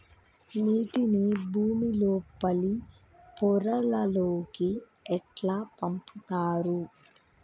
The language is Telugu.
నీటిని భుమి లోపలి పొరలలోకి ఎట్లా పంపుతరు?